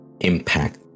impact